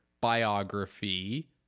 biography